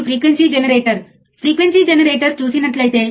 voltage మార్పు ∆V ను ∆tకి సంబంధించి కొలుస్తాము సరియైనది ఎందుకు